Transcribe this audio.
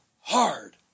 hard